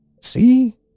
See